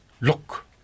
look